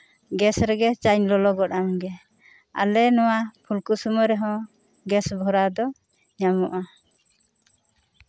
gas ᱨᱮᱜᱮ ᱪᱟᱧ ᱞᱚᱞᱚ ᱜᱚᱫ ᱟᱢ ᱜᱮ ᱟᱞᱮ ᱱᱚᱶᱟ ᱯᱷᱩᱞᱠᱩᱥᱢᱟᱹ ᱨᱮᱦᱚᱸ ᱜᱮᱥ ᱵᱷᱚᱨᱟᱣ ᱫᱚ ᱧᱟᱢᱚᱜᱼᱟ